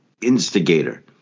instigator